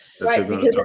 Right